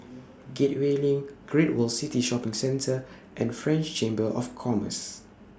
Gateway LINK Great World City Shopping Centre and French Chamber of Commerce